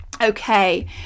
Okay